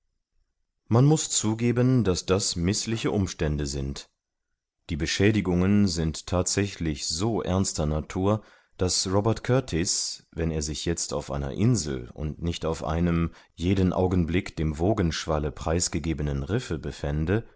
man muß zugeben daß das mißliche umstände sind die beschädigungen sind thatsächlich so ernster natur daß robert kurtis wenn er sich jetzt auf einer insel und nicht auf einem jeden augenblick dem wogenschwalle preisgegebenen riffe befände